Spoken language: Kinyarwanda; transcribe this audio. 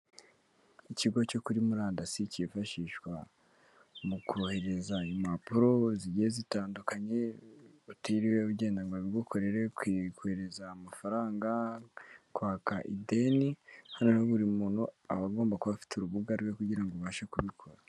Ikigo cyo kuri murandasi cyifashishwa mu kohereza impapuro zigiye zitandukanye, utiriwe ugenda ngo babigukorere kohereza amafaranga, kwaka ideni, hano rero buri muntu aba agomba kuba afite urubuga rwe kugira ngo ubashe kubikora.